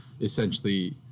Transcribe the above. essentially